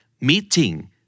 meeting